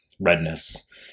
redness